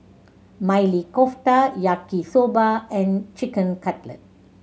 Maili Kofta Yaki Soba and Chicken Cutlet